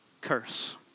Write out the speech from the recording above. curse